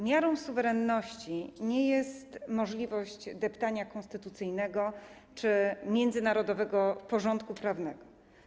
Miarą suwerenności nie jest możliwość deptania konstytucyjnego czy międzynarodowego porządku prawnego.